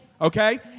Okay